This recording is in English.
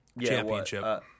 championship